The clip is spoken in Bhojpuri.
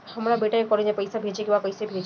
हमर बेटा के कॉलेज में पैसा भेजे के बा कइसे भेजी?